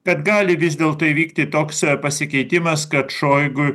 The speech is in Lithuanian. kad gali vis dėlto įvykti toks pasikeitimas kad šoigui